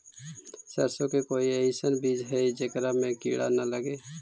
सरसों के कोई एइसन बिज है जेकरा में किड़ा न लगे?